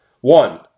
One